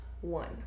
one